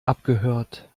abgehört